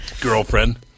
girlfriend